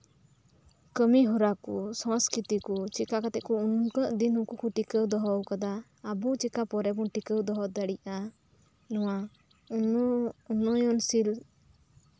ᱠᱟᱹᱢᱤ ᱦᱚᱨᱟ ᱠᱚ ᱥᱚᱥᱠᱨᱤᱛᱤ ᱠᱚ ᱪᱤᱠᱟᱹ ᱠᱟᱛᱮᱫ ᱠᱚ ᱩᱱᱟᱹᱜ ᱫᱤᱱ ᱩᱱᱠᱩ ᱠᱚ ᱴᱤᱠᱟᱹᱣ ᱫᱚᱦᱚ ᱟᱠᱟᱫᱟ ᱟᱵᱚ ᱪᱤᱠᱟᱹ ᱯᱚᱨᱮ ᱵᱚᱱ ᱴᱤᱠᱟᱹᱣ ᱫᱚᱦᱚ ᱫᱟᱲᱮᱭᱟᱜᱼᱟ ᱱᱚᱶᱟ ᱩᱱᱩ ᱩᱱᱱᱚᱭᱚᱱᱥᱤᱞ